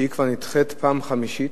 שהיא כבר נדחית פעם חמישית,